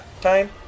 time